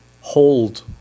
hold